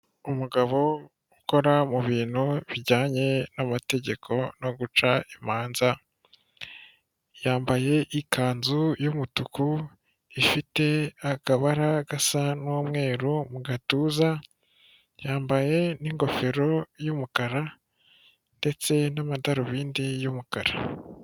Umugabo ukora mu bintu bijyanye n'amategeko no guca imanza, yambaye ikanzu y'umutuku ifite akabara gasa n'umweru mu gatuza. Yambaye ingofero y'umukara ndetse n'amadarubindi y'umukara.